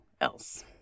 else